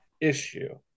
issue